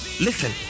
listen